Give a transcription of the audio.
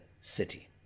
city